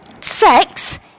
sex